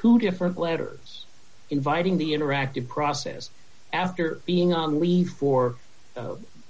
two different letters inviting the interactive process after being on leave for